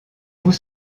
vous